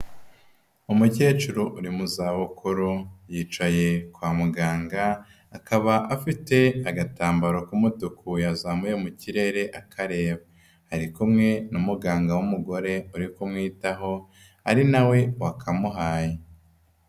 Umukecuru uri mu zabukuru yicaye kwa muganga, akaba afite agatambaro k'umutuku yazamuye mu kirere akareba. Ari kumwe n'umuganga w'umugore uri kumwitaho ari na we wakamuhaye.